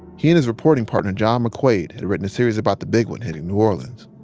he and his reporting partner john mcquaid had written a series about the big one hitting new orleans.